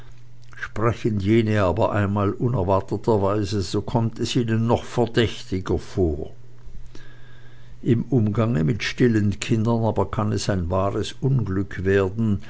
sprechen jene aber einmal unerwarteterweise so kommt es ihnen noch verdächtiger vor im umgange mit stillen kindern aber kann es ein wahres unglück werden